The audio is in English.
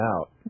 out